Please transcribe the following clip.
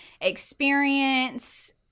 experience